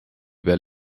peal